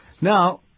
now